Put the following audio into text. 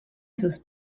sus